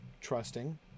Trusting